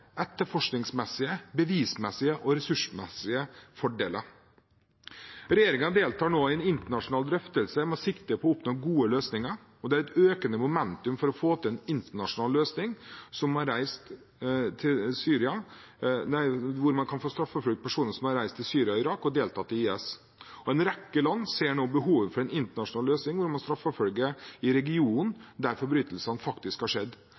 etterforskningsmessige, bevismessige og ressursmessige fordeler. Regjeringen deltar nå i en internasjonal drøftelse med sikte på å oppnå gode løsninger, og det er et økende momentum for å få til en internasjonal løsning hvor man kan få straffeforfulgt personer som har reist til Syria og Irak og deltatt i IS. En rekke land ser nå behovet for en internasjonal løsning hvor man straffeforfølger i regionen der forbrytelsene faktisk har skjedd.